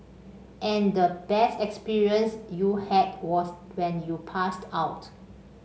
and the best experience you had was when you passed out